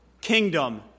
kingdom